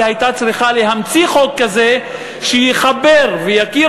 היא הייתה צריכה להמציא חוק כזה שיחבר ויכיר